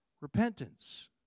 Repentance